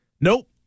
Nope